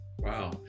wow